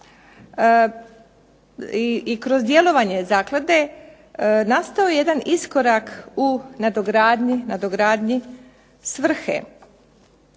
i kroz djelovanje zaklade nastao je jedan iskorak u nadogradnji svrhe,